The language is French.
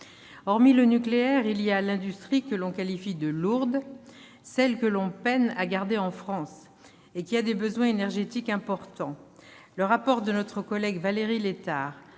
Hormis le nucléaire, il y a l'industrie que l'on qualifie de lourde, celle que l'on peine à garder en France et qui a des besoins énergétiques importants. Le rapport de notre collègue Valérie Létard,